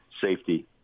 safety